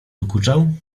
dokuczał